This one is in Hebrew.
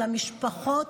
למשפחות,